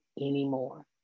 anymore